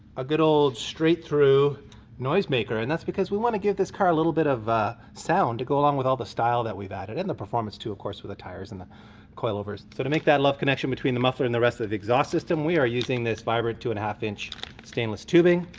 a good old straight through noisemaker. and that's because we wanna give this car a little bit of sound to go along with all the style that we've added, and the performance too, of course, with the tyres and the coilovers. so to make that love connection between the muffler and the rest of the exhaust system, we are using this vibrant two-and-a-half inch stainless tubing.